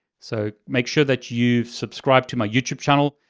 so, make sure that you've subscribed to my youtube channel,